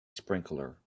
sprinkler